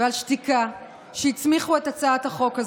ועל שתיקה שהצמיחו את הצעת החוק הזו,